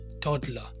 toddler